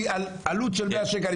אני על עלות של 100 שקלים,